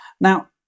Now